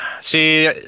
See